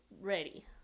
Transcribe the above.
ready